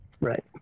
right